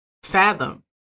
fathom